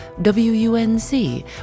WUNC